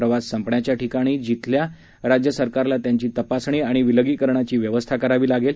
प्रवास संपण्याच्या ठिकाणी तिथल्या राज्य सरकारला त्यांच्या तपासणी आणि विलगीकरणाची व्यवस्था करावी लागेल